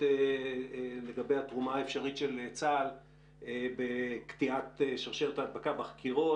לגבי התרומה האפשרית של צה"ל בקטיעת שרשרת ההדבקה בחקירות.